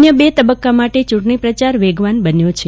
અન્ય બે તબક્કા માટે ચૂંટણી પ્રચાર વેગવાન બન્યો છે